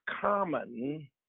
common